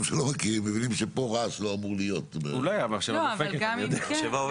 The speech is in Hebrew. מכירים מבינים שרעש לא אמור להיות בנושא הזה.